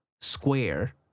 square